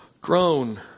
grown